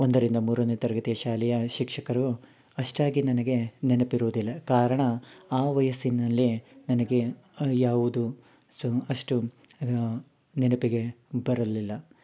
ಒಂದರಿಂದ ಮೂರನೆ ತರಗತಿಯ ಶಾಲೆಯ ಶಿಕ್ಷಕರು ಅಷ್ಟಾಗಿ ನನಗೆ ನೆನಪಿರುವುದಿಲ್ಲ ಕಾರಣ ಆ ವಯಸ್ಸಿನಲ್ಲಿ ನನಗೆ ಯಾವುದು ಸು ಅಷ್ಟು ನೆನಪಿಗೆ ಬರಲಿಲ್ಲ